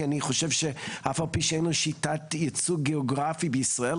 כי אני חושב שאף על פי שאין לנו שיטת ייצוג גיאוגרפית בישראל,